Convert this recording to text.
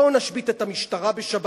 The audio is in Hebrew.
בואו נשבית את המשטרה בשבת,